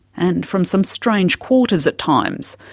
and from some strange quarters at times.